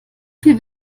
viel